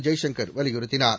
ஜெய்சங்கர் வலியுறுத்தினார்